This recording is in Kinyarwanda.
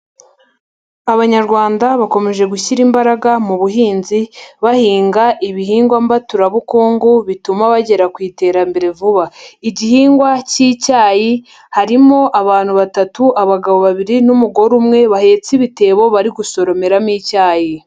Abanyarwanda bakomeje gushyira imbaraga mu buhinzi bahinga ibihingwa mbaturabukungu bituma bagera ku iterambere vuba. Igihingwa cy'icyayi harimo abantu batatu abagabo babiri n'umugore umwe, bahetse ibitebo bari gusoromeramo icyayi.